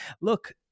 look